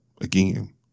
again